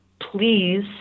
please